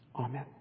Amen